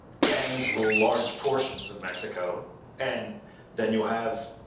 gangs rule large portions of mexico and then you have